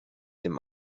dem